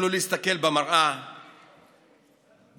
ותוכלו להסתכל במראה בגאווה.